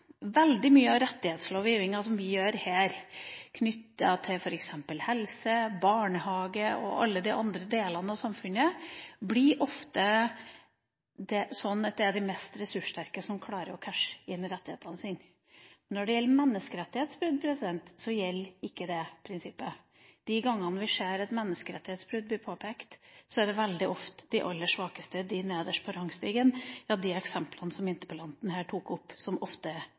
Veldig mye av rettighetslovgivninga her knyttet til f.eks. helse, barnehage og alle de andre delene av samfunnet gjør ofte at det er de mest ressurssterke som klarer å cashe inn rettighetene sine. Når det gjelder menneskerettighetsbrudd, gjelder ikke det prinsippet. De gangene vi ser at menneskerettighetsbrudd blir påpekt, er det veldig ofte de aller svakeste, de nederst på rangstigen – ja, de eksemplene som interpellanten her tok opp – det gjelder. Vi har en rekke dommer mot oss i Den europeiske menneskerettighetsdomstol i Norge, noe som er